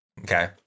Okay